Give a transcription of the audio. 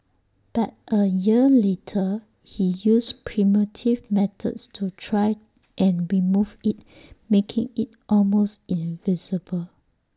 but A year later he used primitive methods to try and remove IT making IT almost invisible